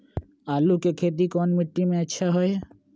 आलु के खेती कौन मिट्टी में अच्छा होइ?